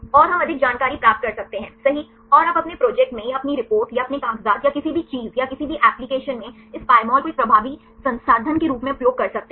और हम अधिक जानकारी प्राप्त कर सकते हैं सही और आप अपने प्रोजेक्ट में या अपनी रिपोर्ट या अपने कागजात या किसी भी चीज या किसी भी एप्लिकेशन में इस Pymol को एक प्रभावी संसाधन के रूप में उपयोग कर सकते हैं